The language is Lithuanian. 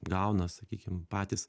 gauna sakykim patys